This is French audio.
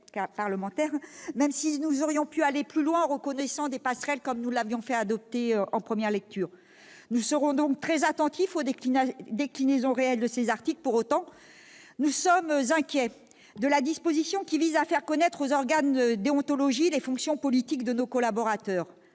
parlementaires, même si nous aurions pu aller plus loin en reconnaissant des passerelles, comme nous l'avions fait adopter en première lecture. Nous serons très attentifs aux déclinaisons réelles de ces articles. Pour autant, nous sommes inquiets de la disposition qui vise à faire connaître aux organes de déontologie les fonctions politiques de nos collaborateurs.